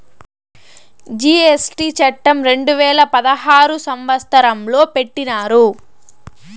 GST చట్టం రెండు వేల పదహారు సంవత్సరంలో పెట్టినారు